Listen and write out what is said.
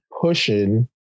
pushing